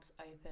open